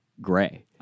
gray